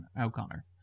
o'connor